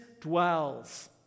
dwells